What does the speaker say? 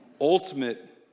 Ultimate